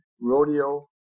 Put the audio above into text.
Rodeo